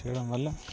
చేయటం వల్ల